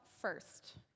first